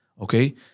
okay